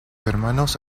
hermanos